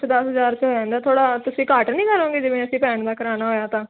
ਅੱਛਾ ਦਸ ਹਜ਼ਾਰ 'ਚ ਹੋ ਜਾਂਦਾ ਥੋੜ੍ਹਾ ਤੁਸੀਂ ਘੱਟ ਨਹੀਂ ਕਰੋਂਗੇ ਜਿਵੇਂ ਅਸੀਂ ਭੈਣ ਦਾ ਕਰਾਉਣਾ ਹੋਇਆ ਤਾਂ